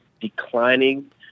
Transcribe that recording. declining